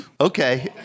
Okay